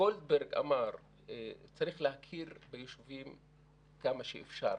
גולדברג אמר שצריך להכיר ביישובים כמה שאפשר,